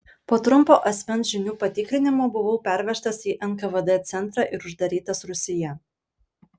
po trumpo asmens žinių patikrinimo buvau pervežtas į nkvd centrą ir uždarytas rūsyje